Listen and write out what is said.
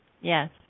Yes